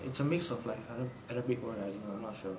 it's a mix of like arab arabic or I don't know I'm not sure